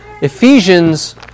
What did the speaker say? Ephesians